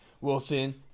Wilson